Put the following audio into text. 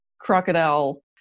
crocodile